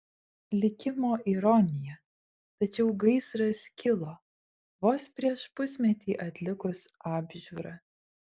likimo ironija tačiau gaisras kilo vos prieš pusmetį atlikus apžiūrą